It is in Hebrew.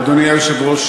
אדוני היושב-ראש,